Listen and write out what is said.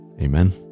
Amen